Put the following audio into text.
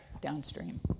downstream